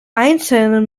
einzelne